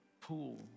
pool